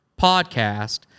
podcast